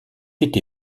été